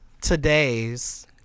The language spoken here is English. today's